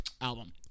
album